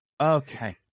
Okay